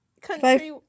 country